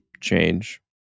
change